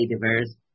diverse